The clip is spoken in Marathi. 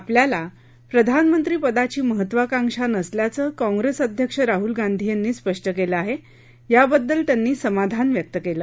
आपल्याला प्रधानमंत्रीपदाची महत्वाकांक्षा नसल्याचं काँप्रेस अध्यक्ष राह्ल गांधी यांनी स्पष्ट केलं आहे याबद्दल त्यांनी समाधान व्यक्त केलं